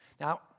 Now